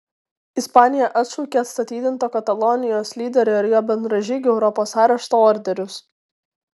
ispanija atšaukė atstatydinto katalonijos lyderio ir jo bendražygių europos arešto orderius